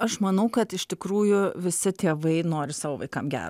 aš manau kad iš tikrųjų visi tėvai nori savo vaikam gero